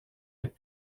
les